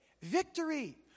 Victory